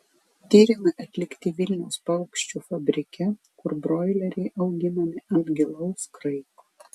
tyrimai atlikti vilniaus paukščių fabrike kur broileriai auginami ant gilaus kraiko